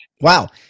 Wow